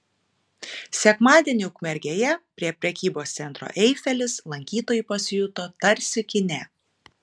sekmadienį ukmergėje prie prekybos centro eifelis lankytojai pasijuto tarsi kine